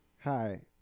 Hi